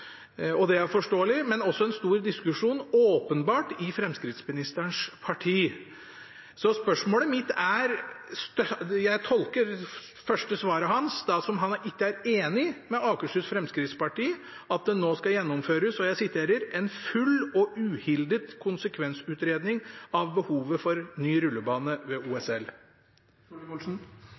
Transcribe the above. i samferdselsministerens parti. Spørsmålet mitt gjelder – jeg tolker det første svaret hans som at han ikke er enig med Akershus Fremskrittsparti – om det nå skal gjennomføres «en full og uhildet konsekvensutredning av behovet for ny rullebane ved OSL».